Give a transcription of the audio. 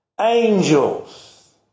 angels